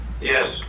Yes